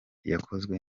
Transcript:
yakozwe